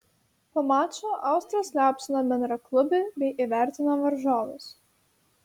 po mačo austras liaupsino bendraklubį bei įvertino varžovus